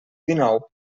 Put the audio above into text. dinou